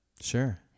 Sure